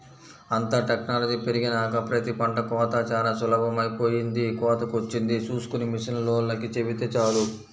అంతా టెక్నాలజీ పెరిగినాక ప్రతి పంట కోతా చానా సులభమైపొయ్యింది, కోతకొచ్చింది చూస్కొని మిషనోల్లకి చెబితే చాలు